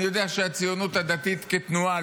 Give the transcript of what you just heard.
אני יודע שהציונות הדתית כתנועה,